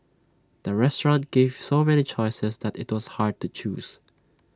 the restaurant gave so many choices that IT was hard to choose